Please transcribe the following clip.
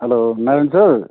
hello Naren sir